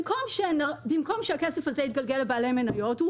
במקום שהכסף הזה יתגלגל לבעלי מניות,